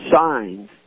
signs